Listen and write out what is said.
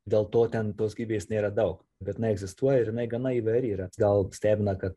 dėl to ten tos gyvybės nėra daug bet jinai egzistuoja ir jinai gana įvairi yra gal stebina kad